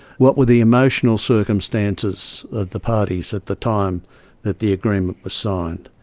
what were the emotional circumstances of the parties at the time that the agreement was signed?